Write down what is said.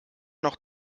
noch